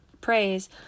praise